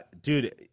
dude